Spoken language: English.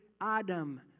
Adam